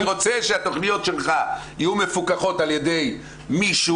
אני רוצה שהתכניות שלך יהיו מפוקחות על ידי מישהו,